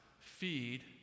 Feed